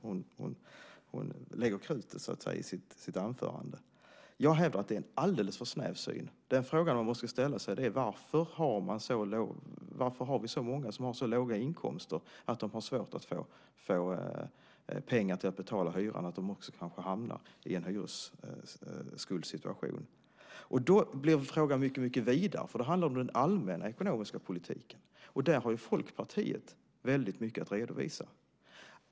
Det är där hon lägger krutet i sitt anförande. Jag hävdar att det är en alldeles för snäv syn. Den fråga man måste ställa sig är: Varför har vi så många som har så låga inkomster att de har svårt att betala hyran och kan hamna i en hyresskuldssituation? Då blir frågan mycket vidare. Det handlar om den allmänna ekonomiska politiken. Där har Folkpartiet väldigt mycket att redovisa.